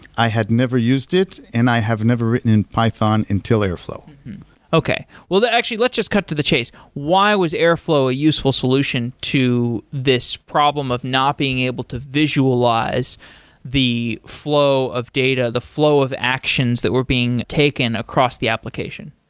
i had never used it and i have never written in python until airflow okay, well actually let's just cut to the chase. why was airflow a useful solution to this problem of not being able to visualize the flow of data, the flow of actions that were being taken across the application?